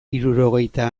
hirurogeita